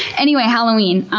anyway, halloween.